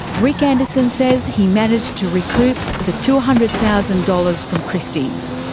rick anderson says he managed to recoup the two hundred thousand dollars from christie's.